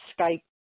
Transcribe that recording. Skype